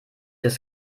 fürs